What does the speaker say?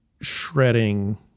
shredding